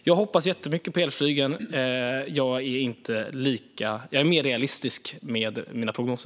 Jag hoppas mycket på elflyget, men jag är mer realistisk med mina prognoser.